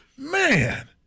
Man